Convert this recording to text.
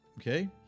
okay